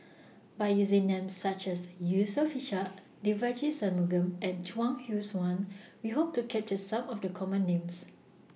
By using Names such as Yusof Ishak Devagi Sanmugam and Chuang Hui Tsuan We Hope to capture Some of The Common Names